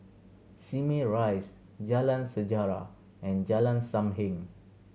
Simei Rise Jalan Sejarah and Jalan Sam Heng